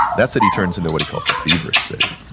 that city turns into what he calls the fever city.